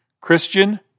Christian